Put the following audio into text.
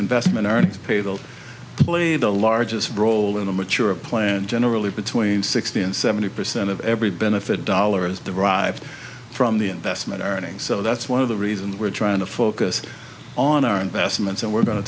investment aren't paid all to play the largest role in a mature a plan and generally between sixty and seventy percent of every benefit dollar is derived from the investment earnings so that's one of the reasons we're trying to focus on our investments and we're go